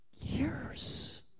years